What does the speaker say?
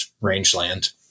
rangeland